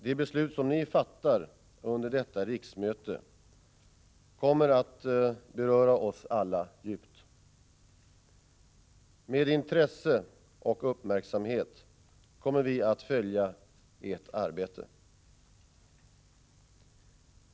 De beslut som Ni fattar under detta riksmöte kommer att beröra oss alla djupt. Med intresse och uppmärksamhet kommer vi att följa Edert arbete.